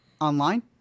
online